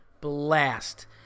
blast